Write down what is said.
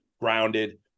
grounded